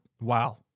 wow